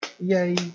Yay